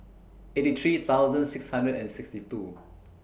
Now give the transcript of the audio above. eighty three thousand six hundred and sixty two